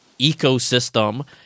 ecosystem